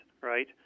Right